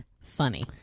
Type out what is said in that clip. funny